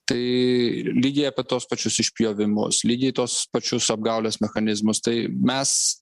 tai lygiai apie tuos pačius išpjovimus lygiai tos pačios apgaulės mechanizmus tai mes